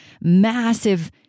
massive